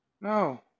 No